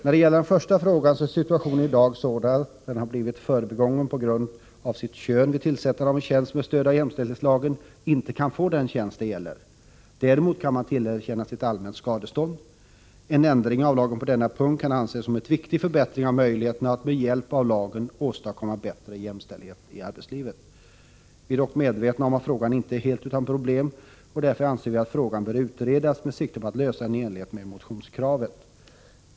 När det gäller den första frågan är situationen i dag sådan, att den som har blivit förbigången på grund av sitt kön vid tillsättandet av en tjänst med stöd av jämställdhetslagen inte kan få den tjänst det gäller. Däremot kan man tillerkännas ett allmänt skadestånd. En ändring av lagen på denna punkt kan anses som en viktig förbättring av möjligheten att med hjälp av lagen åstadkomma bättre jämställdhet i arbetslivet. Vi är dock medvetna om att frågan inte är helt utan problem, och därför anser vi att frågan bör utredas med sikte på att lösa den i enlighet med motionskravet.